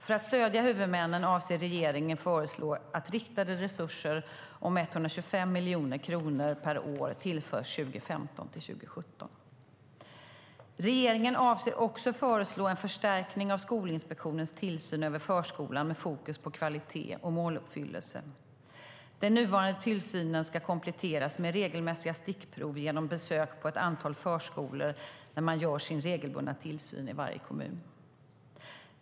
För att stödja huvudmännen avser regeringen att föreslå att riktade resurser om 125 miljoner kronor per år tillförs 2015-2017. Regeringen avser också att föreslå en förstärkning av Skolinspektionens tillsyn över förskolan med fokus på kvalitet och måluppfyllelse. Den nuvarande tillsynen ska kompletteras med regelmässiga stickprov genom besök på ett antal förskolor när man gör sin regelbundna tillsyn i varje kommun.